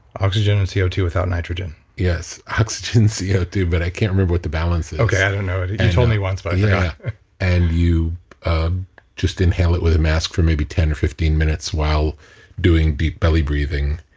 oxygen and c o two without nitrogen yes, oxygen, c o ah two, but i can't remember what the balance is okay i don't know it. you told me once but i forgot yeah and you ah just inhale it with a mask for maybe ten or fifteen minutes while doing deep belly breathing.